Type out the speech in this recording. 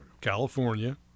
California